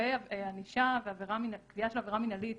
לגבי ענישה וקביעה של עבירה מנהלית